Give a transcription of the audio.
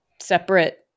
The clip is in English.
separate